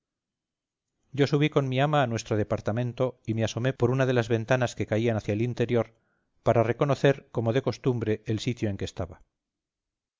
yo subí con mi ama a nuestro departamento y me asomé por una de las ventanas que caían hacia el interior para reconocer como de costumbre el sitio en que estaba